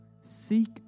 Seek